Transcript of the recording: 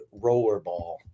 Rollerball